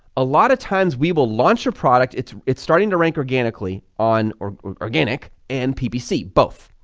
a lot of times, we will launch a product, it's it's starting to rank organically on organic and ppc, both,